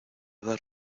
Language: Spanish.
dar